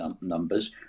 numbers